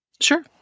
Sure